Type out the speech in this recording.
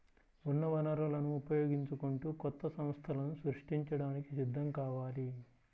ఉన్న వనరులను ఉపయోగించుకుంటూ కొత్త సంస్థలను సృష్టించడానికి సిద్ధం కావాలి